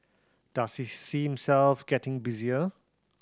does he see himself getting busier